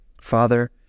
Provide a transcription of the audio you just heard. Father